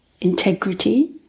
integrity